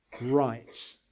right